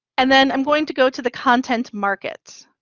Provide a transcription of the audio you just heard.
and then i'm going to go to the content markets.